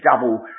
double